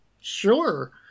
sure